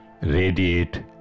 radiate